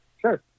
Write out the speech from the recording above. Sure